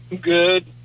Good